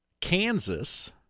Kansas